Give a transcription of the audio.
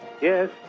Yes